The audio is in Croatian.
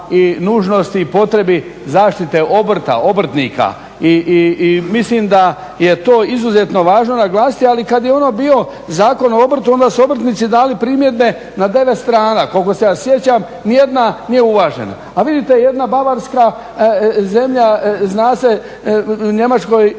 i potrebi zaštite obrta, obrtnika i mislim da je to izuzetno važno naglasiti. Ali kad je ono bio Zakon o obrtu onda su obrtnici dali primjedbe na 9 strana koliko se ja sjećam, nijedna nije uvažena. A vidite, jedna Bavarska zemlja zna se u Njemačkoj